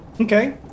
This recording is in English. Okay